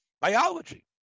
Biology